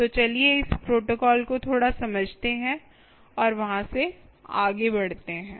तो चलिए इस प्रोटोकॉल को थोड़ा समझते हैं और वहां से आगे बढ़ते हैं